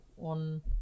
on